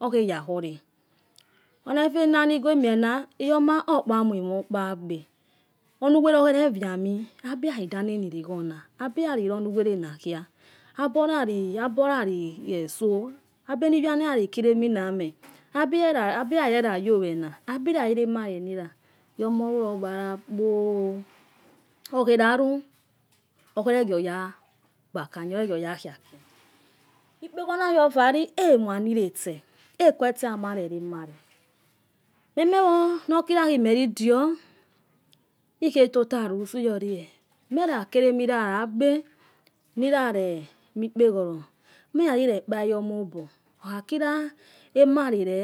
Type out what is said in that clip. Onefena. nogumiena iyoma okpa muamo kpagbe unu uwele olehereuhiami. abiyalidanq ni likho na. abgali lonu uwele na lelua. abolali abolali so. abeni iwana. abeni iviana eyalikile aminayamo. qbiyali rwla wowena. abiyalilemalo nila. igomo olelulo uhalakpo oh. okhoyalu. okheregioga gba akanya. ore gio oya khiaki. ekpeholor na. yofalo emuanika tse. akwe tse yama lelemale. memowo. nokila melidion. ikhe toto elo uso. iyoli. iyaya kehemigagbe niya lemi ekpeholor. meya lire kpa iyoma obo okhakila emale le.